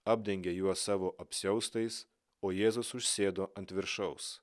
apdengė juos savo apsiaustais o jėzus užsėdo ant viršaus